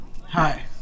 Hi